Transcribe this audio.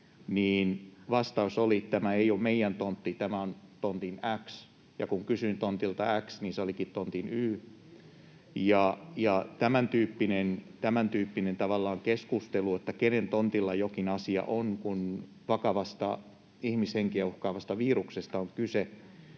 vastaus oli ”tämä ei ole meidän tontti, tämä on tontilla x”, ja kun kysyin tontilta x, niin se olikin tontilla y. Tämäntyyppinen keskustelu, kenen tontilla jokin asia on, kun on kyse vakavasta, ihmishenkiä uhkaavasta viruksesta,